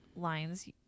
lines